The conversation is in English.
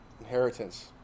inheritance